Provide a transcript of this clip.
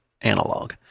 analog